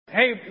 Hey